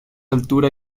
altura